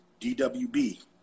DWB